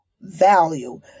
value